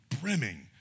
brimming